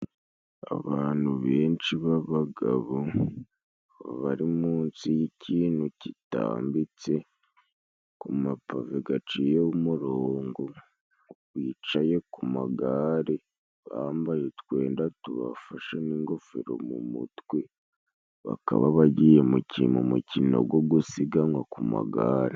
Abantu benshi b'abagabo bari munsi y'ikintu kitambitse ku mapave gaciyeho umurongo bicaye ku magare, bambaye utwenda tubafashe n'ingofero mu mutwe, bakaba bagiye mu mukino gwo gusiganwa ku magare.